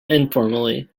informally